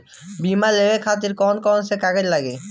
बीमा लेवे खातिर कौन कौन से कागज लगी?